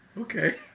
Okay